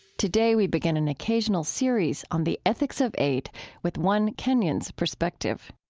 today, we begin an occasional series on the ethics of aid with one kenyan's perspective